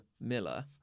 Miller